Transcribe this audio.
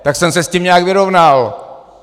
Tak jsem se s tím nějak vyrovnal.